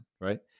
right